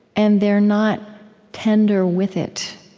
and they're not tender with it